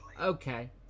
Okay